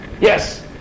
Yes